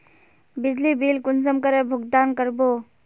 बिजली बिल कुंसम करे भुगतान कर बो?